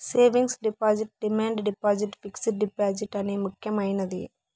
savings deposit demand deposit fixed deposit అనే ముక్యమైనది